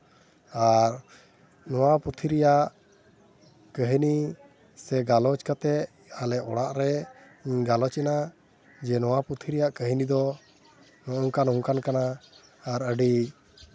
ᱟᱨ ᱱᱚᱣᱟ ᱯᱩᱛᱷᱤ ᱨᱮᱭᱟᱜ ᱠᱟᱹᱦᱱᱤ ᱥᱮ ᱜᱟᱞᱚᱪ ᱠᱟᱛᱮᱫ ᱟᱞᱮ ᱚᱲᱟᱜ ᱨᱮ ᱜᱟᱞᱚᱪ ᱮᱱᱟ ᱡᱮ ᱱᱚᱣᱟ ᱯᱩᱛᱷᱤ ᱨᱮᱭᱟᱜ ᱠᱟᱹᱦᱱᱤ ᱫᱚ ᱱᱚᱝᱠᱟᱱ ᱱᱚᱝᱠᱟᱱ ᱠᱟᱱᱟ ᱟᱨ ᱟᱹᱰᱤ